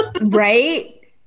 right